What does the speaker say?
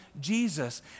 Jesus